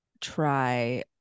try